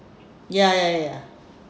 ya ya ya